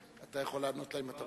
אתה יכול לענות לה?